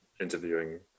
interviewing